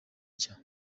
nshya